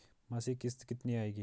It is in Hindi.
मासिक किश्त कितनी आएगी?